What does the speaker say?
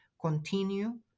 continue